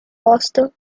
posto